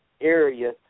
area